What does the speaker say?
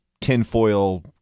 tinfoil